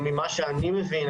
ממה שאני מבין,